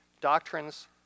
doctrines